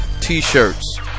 t-shirts